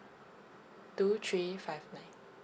two three five nine